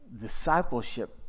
discipleship